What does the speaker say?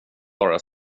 bara